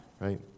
right